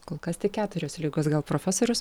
kol kas tik keturios ligos gal profesorius